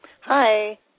Hi